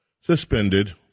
suspended